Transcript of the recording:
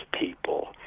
people